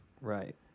Right